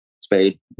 Spade